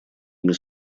ими